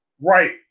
Right